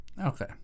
Okay